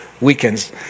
weekends